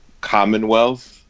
commonwealth